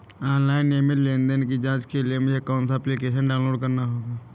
Online नियमित लेनदेन की जांच के लिए मुझे कौनसा एप्लिकेशन डाउनलोड करना होगा?